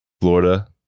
Florida